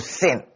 sin